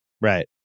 Right